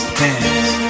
dance